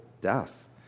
death